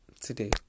today